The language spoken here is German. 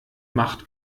macht